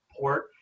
port